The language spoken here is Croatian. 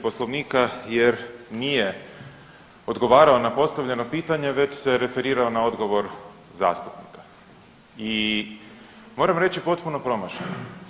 Poslovnika jer nije odgovarao na postavljeno pitanje već se referirao na odgovor zastupnika i moram reći potpuno promašeno.